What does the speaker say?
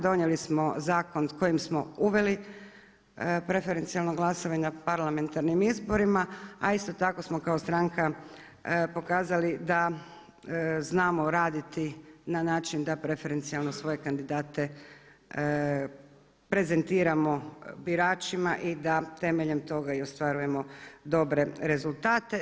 Donijeli smo zakon s kojim smo uveli preferencijalno glasovanje na parlamentarnim izborima, a isto tako smo kao stranka pokazali da znamo raditi na način da preferencijalno svoje kandidate prezentiramo biračima i da temeljem toga i ostvarujemo dobre rezultate.